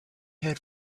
had